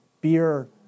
Beer